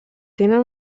tenen